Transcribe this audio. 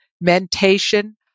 mentation